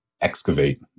excavate